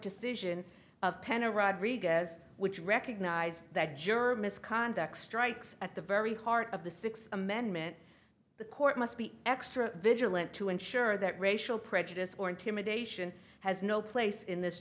decision of penna rodriguez which recognized that juror misconduct strikes at the very heart of the sixth amendment the court must be extra vigilant to ensure that racial prejudice or intimidation has no place in this